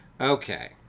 okay